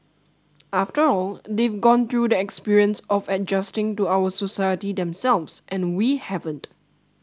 after all they've gone through the experience of adjusting to our society themselves and we haven't